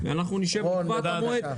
אנחנו נשב פה במועד.